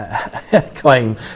claim